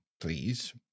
please